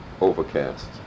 overcast